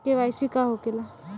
KYC का होखेला?